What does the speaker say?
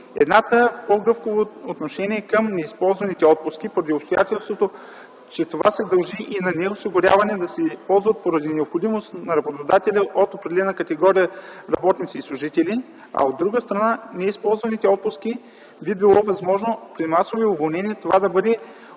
едната в по-гъвкаво отношение към неизползваните отпуски, поради обстоятелството, че това се дължи и на неосигуряване да се ползват поради необходимост на работодателя от определена категория работници и служители, а от друга страна, неизползваните отпуски би било възможност при масови уволнения това да бъде